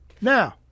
Now